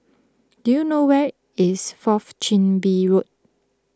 do you know where is Fourth Chin Bee Road